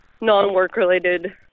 non-work-related